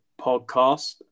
podcast